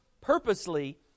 purposely